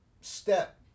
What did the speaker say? step